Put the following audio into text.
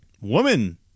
Woman